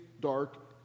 dark